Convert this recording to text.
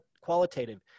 qualitative